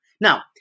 Now